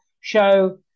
show